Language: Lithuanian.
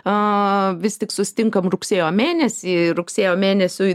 a vis tik susitinkam rugsėjo mėnesį rugsėjo mėnesiui